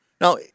Now